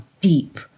deep